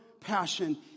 passion